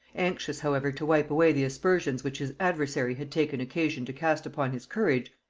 anxious however to wipe away the aspersions which his adversary had taken occasion to cast upon his courage,